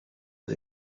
was